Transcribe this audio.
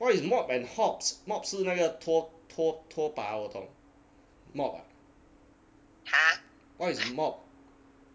what is mop and hops mop 是那个拖拖拖拖把我懂 mop what is mop